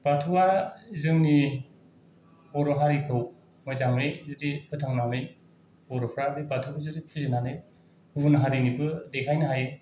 बाथौआ जोंनि बर' हारिखौ मोजाङै जुदि फोथांनानै बर'फ्रा बे बाथौखौ जि फुजिनानै गुबुन हारिनोबो देखायनो हायो